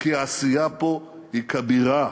כי העשייה פה היא כבירה.